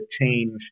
change